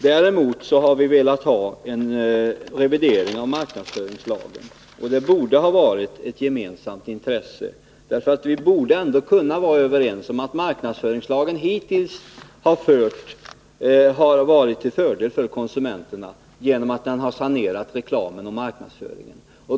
Däremot har vi velat få en revidering av marknadsföringslagen. Det borde ha varit ett gemensamt intresse. Vi borde ändå kunna vara överens om att marknadsföringslagen hittills har varit till fördel för konsumenterna genom att den har sanerat reklamen och marknadsföringen.